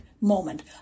moment